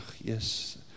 yes